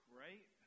right